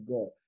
God